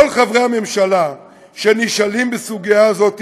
כל חברי הממשלה שנשאלים בסוגיה הזאת